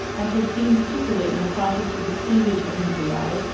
as is seen particularly in the process of the cleavage of nuclei,